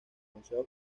concejo